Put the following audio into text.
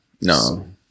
no